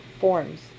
forms